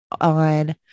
on